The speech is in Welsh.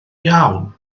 iawn